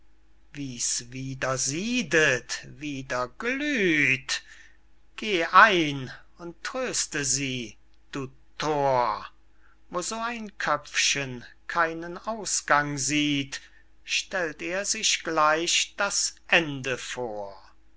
wie's wieder siedet wieder glüht geh ein und tröste sie du thor wo so ein köpfchen keinen ausgang sieht stellt er sich gleich das ende vor